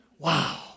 Wow